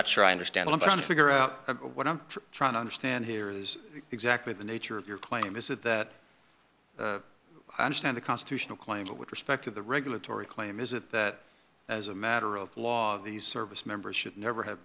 not sure i understand i'm going to figure out what i'm trying to understand here is exactly the nature of your claim is that understand the constitutional claims with respect to the regulatory claim is that as a matter of law these service members should never have